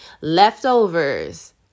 leftovers